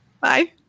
bye